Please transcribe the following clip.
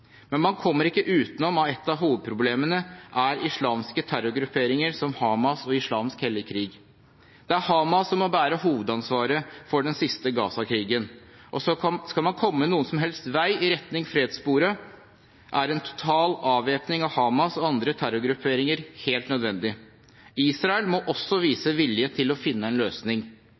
Men man kommer ikke utenom at et av hovedproblemene er islamske terrorgrupperinger som Hamas og Islamsk hellig krig. Det er Hamas som må bære hovedansvaret for den siste Gaza-krigen. Skal man komme noen som helst vei i retning fredssporet, er en total avvæpning av Hamas og andre terrorgrupperinger helt nødvendig. Israel må også